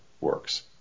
works